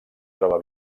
troba